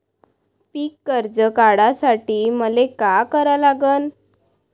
पिक कर्ज काढासाठी मले का करा लागन?